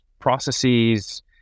processes